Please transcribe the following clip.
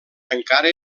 encara